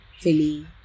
Philly